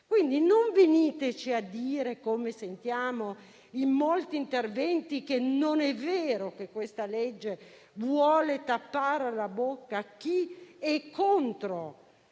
Quindi non veniteci a dire, come sentiamo in molti interventi, che non è vero che questo disegno di legge vuole tappare la bocca a chi è contro